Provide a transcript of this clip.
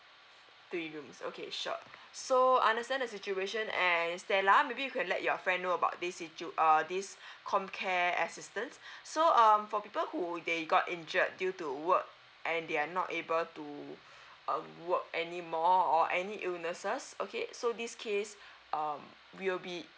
three rooms okay sure so understand the situation and stella maybe you could let your friend know about this situ~ uh this comcare assistance so um for people who they got injured due to work and they are not able to um work any more or any illnesses okay so this case um we will be